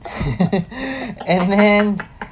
and then